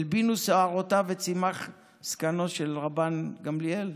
הלבינו שערותיו וצימח זקנו של רבן גמליאל?